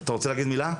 אתה רוצה להגיד מילה?